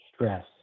Stress